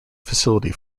facility